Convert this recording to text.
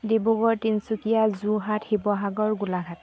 Dibrugarh Tinsukia Jorhat Sivasagar Golaghat